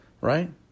right